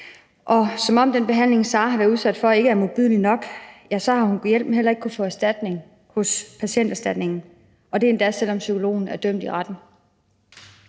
som om den behandling, Sara har været udsat for, ikke var modbydelig nok, har hun gudhjælpemig heller ikke kunnet få erstatning hos Patienterstatningen, og det er endda, selv om psykologen er dømt i retten.